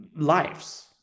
lives